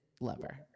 lover